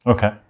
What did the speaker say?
Okay